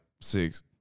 six